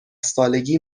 سالگی